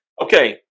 Okay